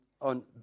on